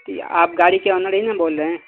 کیا آپ گاڑی کے آنر ہی نا بول رہے ہیں